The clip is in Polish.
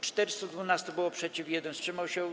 412 było przeciw, 1 wstrzymał się.